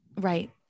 right